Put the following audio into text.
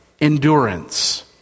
endurance